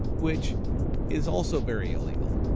which is also very illegal.